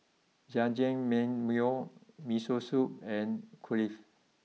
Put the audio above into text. Jajangmyeon Miso Soup and Kulfi